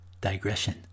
digression